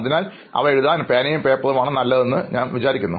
അതിനാൽ അവ എഴുതാൻ പേനയും പേപ്പറും ആണ് നല്ലത് എന്ന് ഞാൻ കരുതുന്നു